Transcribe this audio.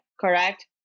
correct